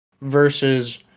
versus